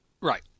Right